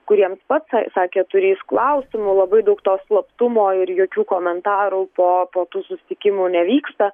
kuriems pats sakė turįs klausimų labai daug to slaptumo ir jokių komentarų po po tų susitikimų nevyksta